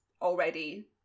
already